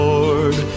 Lord